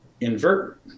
invert